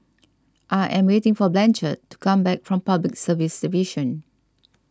I am waiting for Blanchard to come back from Public Service Division